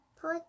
put